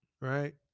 Right